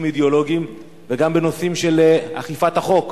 אידיאולוגיים וגם בנושאים של אכיפת החוק.